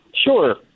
Sure